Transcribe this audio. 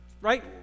Right